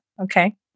okay